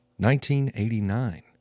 1989